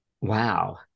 Wow